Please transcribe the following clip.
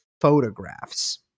photographs